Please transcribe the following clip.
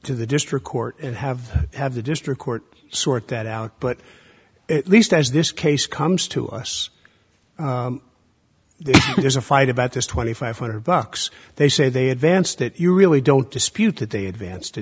to the district court and have have the district court sort that out but at least as this case comes to us there's a fight about this twenty five hundred bucks they say they advanced it you really don't dispute that they advance to